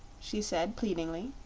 she said, pleadingly.